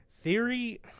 Theory